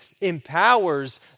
empowers